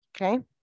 okay